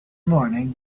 morning